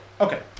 Okay